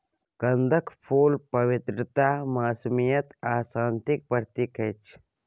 कंदक फुल पवित्रता, मासूमियत आ शांतिक प्रतीक अछि